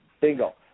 Bingo